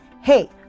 Hey